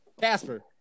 Casper